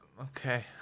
Okay